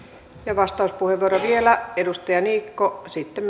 vastauspuheenvuoro vielä edustaja niikko sitten